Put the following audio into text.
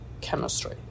chemistry